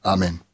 Amen